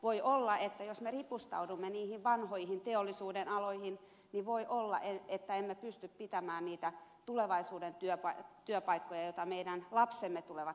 voi olla jos me ripustaudumme niihin vanhoihin teollisuudenaloihin että emme pysty pitämään niitä tulevaisuuden työpaikkoja joita meidän lapsemme tulevat tarvitsemaan